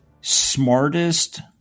smartest